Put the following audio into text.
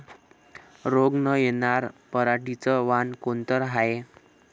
रोग न येनार पराटीचं वान कोनतं हाये?